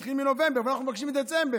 זה התחיל מנובמבר, ואנחנו מבקשים מדצמבר.